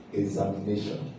examination